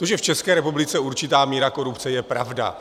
To, že v České republice je určitá míra korupce, je pravda.